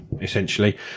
Essentially